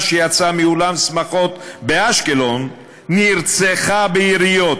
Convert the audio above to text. שיצאה מאולם שמחות באשקלון נרצחה ביריות.